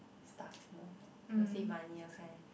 stuff more you know save money those kind